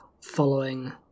following